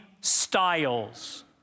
styles